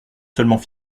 seulement